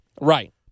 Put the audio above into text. Right